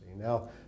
Now